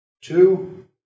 two